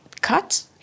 cut